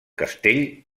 castell